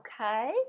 Okay